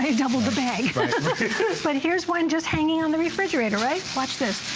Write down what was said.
here but here is one just hanging on the refrigerator, watch this.